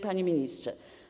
Panie Ministrze!